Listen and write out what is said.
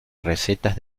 recetas